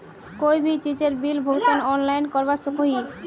कोई भी चीजेर बिल भुगतान ऑनलाइन करवा सकोहो ही?